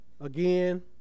Again